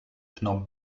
phnom